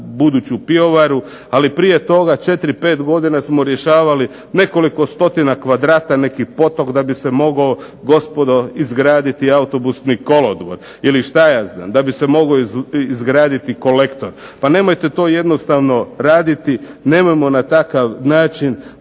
buduću pivovaru. Ali prije toga četiri, pet godina smo rješavali nekoliko stotina kvadrata, neki potok da bi se mogao gospodo izgraditi autobusni kolodvor ili šta ja znam da bi se mogao izgraditi kolektor. Pa nemojte to jednostavno raditi. Nemojmo na takav način